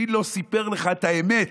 מי לא סיפר לך את האמת?